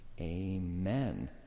amen